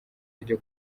ryo